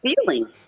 feeling